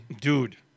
dude